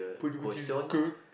affordable cheesecake